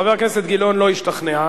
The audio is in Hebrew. חבר הכנסת גילאון לא השתכנע,